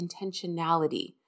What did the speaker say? intentionality